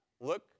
Look